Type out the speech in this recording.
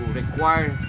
require